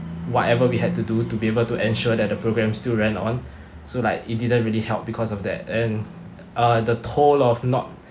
whatever we had to do to be able to ensure that the programmes still went on so like it didn't really help because of that and uh the toll of not